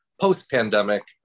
Post-pandemic